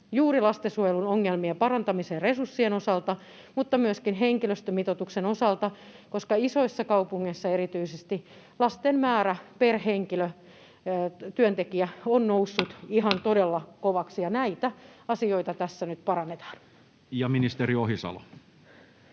juuri lastensuojelun ongelmien parantamiseen resurssien osalta mutta myöskin henkilöstömitoituksen osalta, koska isoissa kaupungeissa erityisesti lasten määrä per työntekijä on noussut ihan todella kovaksi. Näitä asioita tässä nyt parannetaan. Ja ministeri Ohisalo.